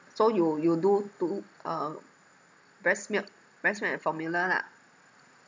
so you you do two uh breast milk breast milk and formula lah